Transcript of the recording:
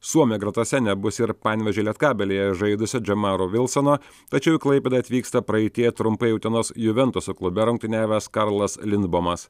suomių gretose nebus ir panevėžio lietkabelyje žaidusio džemaro vilsono tačiau į klaipėdą atvyksta praeityje trumpai utenos juventus klube rungtyniavęs karlas lindbamas